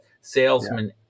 salesman